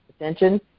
Attention